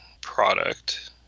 product